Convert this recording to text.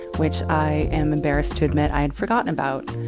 which i am embarrassed to admit i had forgotten about.